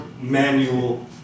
manual